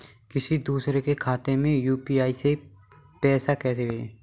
किसी दूसरे के खाते में यू.पी.आई से पैसा कैसे भेजें?